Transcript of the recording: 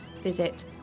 visit